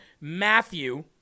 Matthew